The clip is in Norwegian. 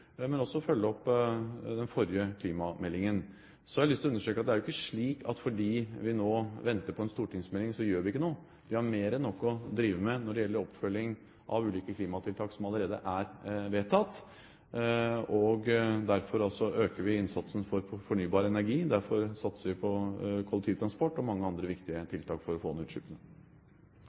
men også følge opp den forrige klimameldingen. Så har jeg lyst til å understreke at det er ikke slik at fordi om vi nå venter på en stortingsmelding, så gjør vi ikke noe. Vi har mer enn nok å drive med når det gjelder oppfølging av ulike klimatiltak som allerede er vedtatt. Derfor øker vi innsatsen for fornybar energi, og derfor satser vi på kollektivtransport og mange andre viktige tiltak for å få ned utslippene.